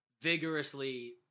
vigorously